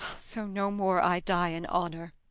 so no more i die in honour.